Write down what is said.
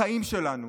החיים שלנו.